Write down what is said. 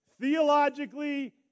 theologically